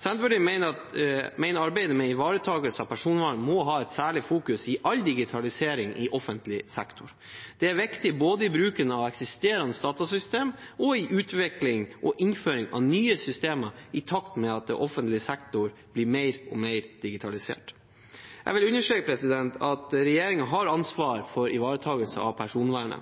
Senterpartiet mener at arbeidet med ivaretakelse av personvern må fokuseres særlig på i all digitalisering i offentlig sektor. Det er viktig både i bruken av eksisterende datasystemer og i utvikling og innføring av nye systemer i takt med at offentlig sektor blir mer og mer digitalisert. Jeg vil understreke at regjeringen har ansvaret for ivaretakelse av personvernet,